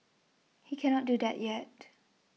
he cannot do that yet